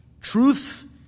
truth